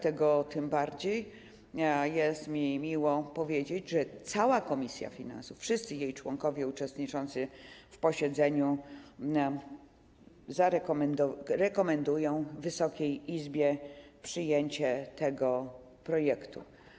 Tym bardziej jest mi miło powiedzieć, że cała komisja finansów, że wszyscy jej członkowie uczestniczący w posiedzeniu rekomendują Wysokiej Izbie przyjęcie tego projektu.